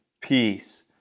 peace